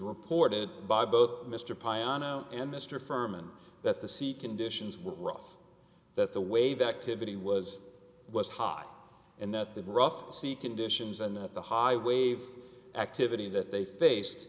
reported by both mr pion and mr ferman that the sea conditions were rough that the wave activity was was hot and that the rough sea conditions and that the high wave activity that they face